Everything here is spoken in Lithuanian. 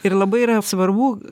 ir labai yra svarbu